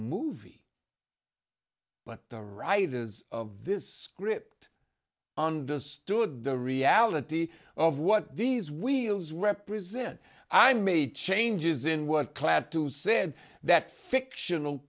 movie but the writers of this script understood the reality of what these wheels represent i made changes in word clad too said that fictional